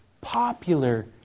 popular